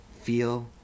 Feel